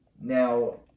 Now